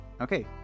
Okay